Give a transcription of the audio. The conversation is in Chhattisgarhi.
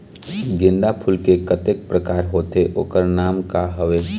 गेंदा फूल के कतेक प्रकार होथे ओकर नाम का हवे?